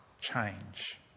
change